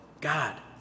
God